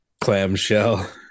clamshell